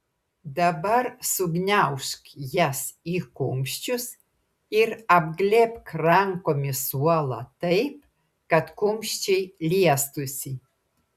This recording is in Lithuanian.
dabar sugniaužk jas į kumščius ir apglėbk rankomis suolą taip kad kumščiai liestųsi